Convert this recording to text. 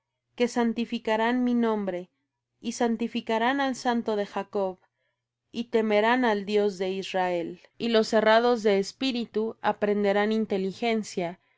que santificarán mi nombre y santificarán al santo de jacob y temerán al dios de israel y los errados de espíritu aprenderán inteligencia y